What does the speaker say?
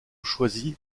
choisi